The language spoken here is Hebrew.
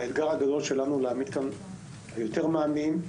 האתגר הגדול שלנו הוא להעמיד כאן יותר מאמנים,